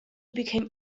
became